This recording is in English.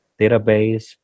database